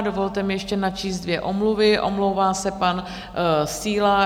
Dovolte mi ještě načíst dvě omluvy: omlouvá se pan Síla